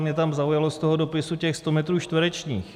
Mě zaujalo z toho dopisu těch sto metrů čtverečních.